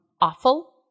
awful